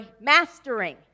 mastering